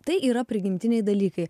tai yra prigimtiniai dalykai